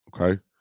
okay